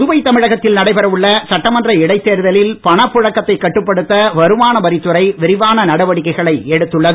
புதுவை தமிழகத்தில் நடைபெற உள்ள சட்டமன்ற இடைத்தேர்தலில் பணப்புழக்கத்தை கட்டுப்படுத்த வருமான வரித்துறை விரிவான நடவடிக்கைகளை எடுத்துள்ளது